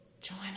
Join